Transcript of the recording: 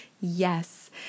yes